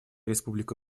республика